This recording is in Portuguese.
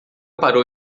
parou